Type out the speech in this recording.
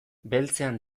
beltzean